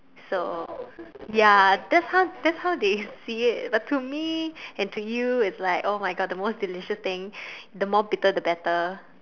so ya that's how that's how they see it but to me and to you it's like !oh-my-God! the most delicious thing the more bitter the better